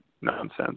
nonsense